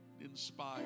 inspire